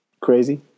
crazy